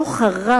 הדוח הרע